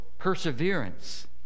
perseverance